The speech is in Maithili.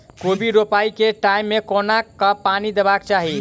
कोबी रोपय केँ टायम मे कोना कऽ पानि देबाक चही?